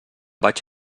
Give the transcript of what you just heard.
vaig